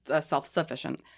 self-sufficient